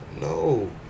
No